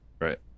Right